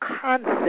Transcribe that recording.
concept